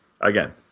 again